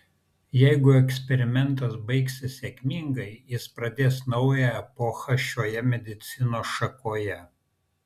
jeigu eksperimentas baigsis sėkmingai jis pradės naują epochą šioje medicinos šakoje